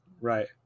Right